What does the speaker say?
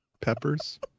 Peppers